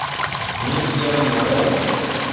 ᱢᱤᱫ ᱜᱮᱞ ᱢᱚᱬᱮ